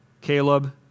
Caleb